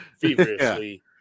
feverishly